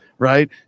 Right